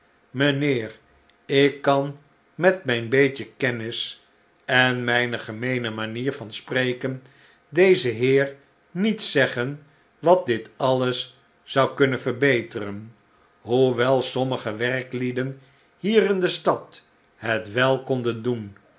mijnheer ik kan met mijn beetje kennis en mijne gemeene manier van spreken dezen heer niet zeggen wat dit alles zou kunnen verbeteren hoewel sommige werklieden hier in de stad het wel konden doen